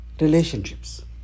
Relationships